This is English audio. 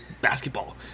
basketball